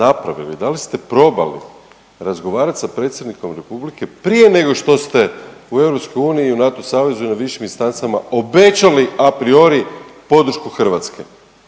da li ste probali razgovarati sa predsjednikom republike prije nego što ste u UN i NATO savezu i na višim instancama obećali apriori podršku Hrvatske?